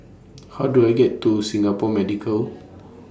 How Do I get to Singapore Medical